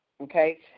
Okay